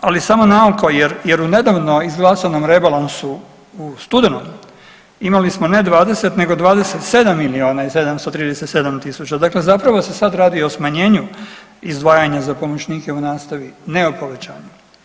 ali samo naoko jer u nedavno izglasanom rebalansu u studenom imali smo ne 20 nego 27 miliona i 737 tisuća, zapravo se sad radi o smanjenju izdvajanja za pomoćnike u nastavi, ne o povećanju.